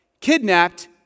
Kidnapped